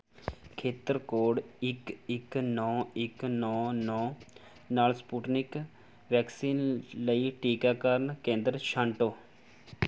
ਖੇਤਰ ਕੋਡ ਇੱਕ ਇੱਕ ਨੌ ਇੱਕ ਨੌ ਨੌ ਨਾਲ ਸਪੁਟਨਿਕ ਵੈਕਸੀਨ ਲਈ ਟੀਕਾਕਰਨ ਕੇਂਦਰ ਛਾਂਟੋ